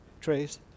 Trace